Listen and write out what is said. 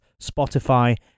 Spotify